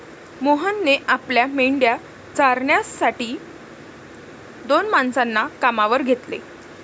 मोहनने आपल्या मेंढ्या चारण्यासाठी दोन माणसांना कामावर घेतले